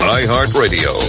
iHeartRadio